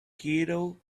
kettle